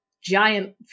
giant